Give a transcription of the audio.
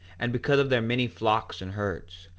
and because of their many flocks and herds,